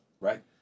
Right